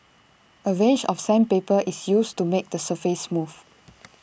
A range of sandpaper is used to make the surface smooth